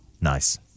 Nice